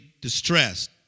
distressed